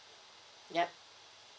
yup